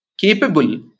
capable